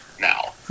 now